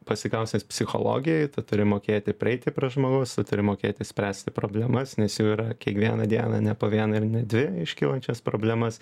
pasikaustęs psichologijoj tu turi mokėti prieiti prie žmogaus turi mokėti spręsti problemas nes jų yra kiekvieną dieną ne po vieną ir ne dvi iškylančios problemas